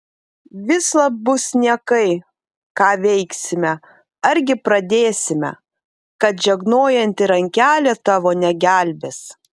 vislab bus niekai ką veiksime argi pradėsime kad žegnojanti rankelė tavo negelbės